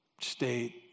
state